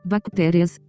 Bactérias